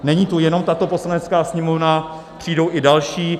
Není tu jenom tato Poslanecká sněmovna, přijdou i další.